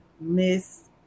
Miss